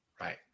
right